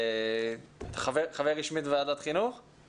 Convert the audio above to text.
חבר רשמית בוועדת החינוך?